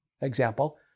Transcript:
example